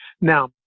Now